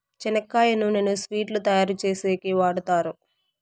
చెనక్కాయ నూనెను స్వీట్లు తయారు చేసేకి వాడుతారు